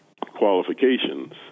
qualifications